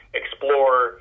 explore